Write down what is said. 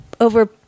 over